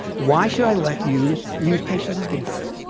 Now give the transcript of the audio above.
why should i let you use patients as guinea pigs?